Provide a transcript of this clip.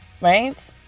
Right